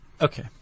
Okay